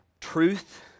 truth